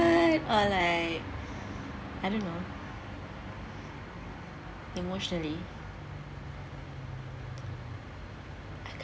or like I don't know emotionally